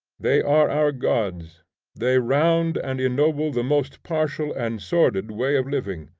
they are our gods they round and ennoble the most partial and sordid way of living.